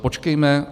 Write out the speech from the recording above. Počkejme.